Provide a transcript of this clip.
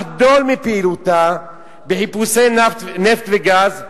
לחדול מפעילותה בחיפושי נפט וגז,